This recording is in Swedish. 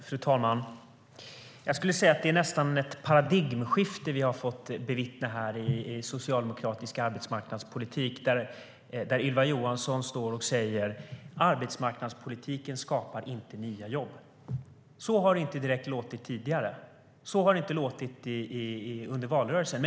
Fru talman! Vi har nästan fått bevittna ett paradigmskifte i socialdemokratisk arbetsmarknadspolitik här. Ylva Johansson står och säger att arbetsmarknadspolitiken inte skapar nya jobb. Så har det inte direkt låtit tidigare. Så har det inte låtit under valrörelsen.